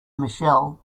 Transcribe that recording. michelle